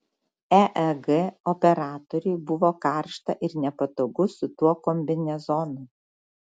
eeg operatoriui buvo karšta ir nepatogu su tuo kombinezonu